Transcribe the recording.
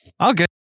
Okay